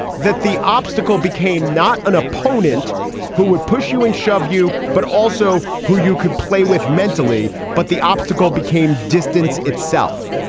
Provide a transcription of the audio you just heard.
that the obstacle became not an opponent who would push you and shove you, but also who you could play with mentally. but the obstacle became distance itself.